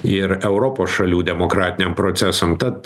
ir europos šalių demokratiniam procesam tad